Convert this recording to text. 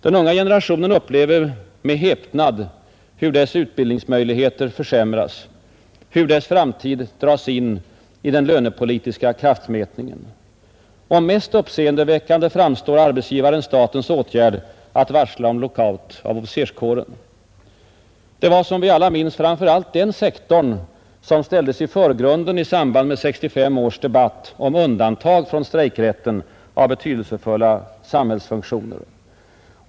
Den unga generationen upplever med häpnad hur dess utbildningsmöjligheter försämras och hur dess framtid dras in i den lönepolitiska kraftmätningen. Som mest uppseendeväckande framstår dock arbetsgivaren-statens åtgärd att varsla om lockout av officerskåren. Det var, som vi alla minns, framför allt den sektorn som ställdes i förgrunden i samband med 1965 års debatt om undantag från strejkrätten av betydelsefulla samhällsfunktioner.